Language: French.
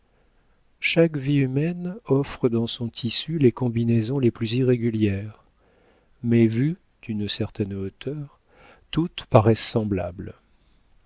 chaque vie humaine offre dans son tissu les combinaisons les plus irrégulières mais vues d'une certaine hauteur toutes paraissent semblables